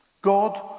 God